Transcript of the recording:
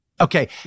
Okay